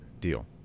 deal